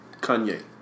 Kanye